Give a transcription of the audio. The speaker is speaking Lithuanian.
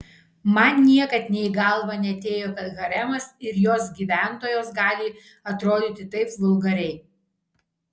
man niekad nė į galvą neatėjo kad haremas ir jos gyventojos gali atrodyti taip vulgariai